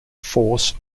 force